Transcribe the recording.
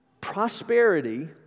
prosperity